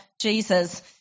Jesus